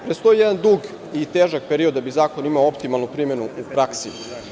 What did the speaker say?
Predstoji jedan dug i težak period da bi zakon imao optimalnu primenu u praksi.